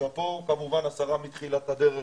שאפו, כמובן השרה מתחילת הדרך